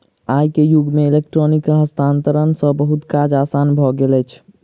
आई के युग में इलेक्ट्रॉनिक हस्तांतरण सॅ बहुत काज आसान भ गेल अछि